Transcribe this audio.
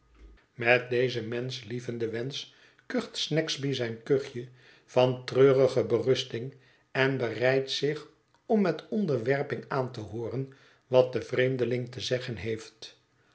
met dezen menschlievenden wensch kucht snagsby zijn kuchje van treurige berusting en bereidt zich om met onderwerping aan te hooren wat de vreemdeling te zeggen heeft